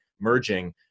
merging